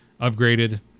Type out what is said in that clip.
upgraded